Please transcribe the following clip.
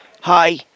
Hi